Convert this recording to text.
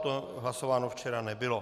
To hlasováno včera nebylo.